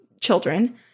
children